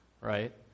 right